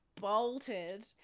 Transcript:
bolted